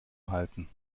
halten